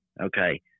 Okay